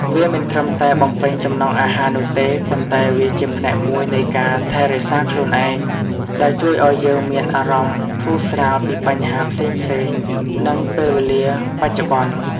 វាមិនត្រឹមតែបំពេញចំណង់អាហារនោះទេ ប៉ុន្តែវាជាផ្នែកមួយនៃការ ថែរក្សាខ្លួនឯង ដែលជួយឲ្យយើងមានអារម្មណ៍ធូរស្រាលពីបញ្ហាផ្សេងៗ នឹងពេលវេលាបច្ចុប្បន្ន។